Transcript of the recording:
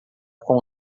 com